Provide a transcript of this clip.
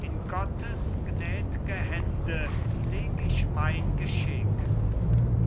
in gottes gnädge hände leg ich mein geschick